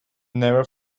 never